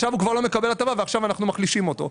הוא לא מקבל הטבה ואנחנו מחלישים אותו.